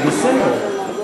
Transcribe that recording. זה מה ששאלתי.